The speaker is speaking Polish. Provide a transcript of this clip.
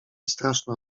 straszna